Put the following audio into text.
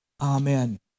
Amen